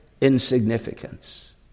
insignificance